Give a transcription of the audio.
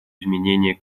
изменения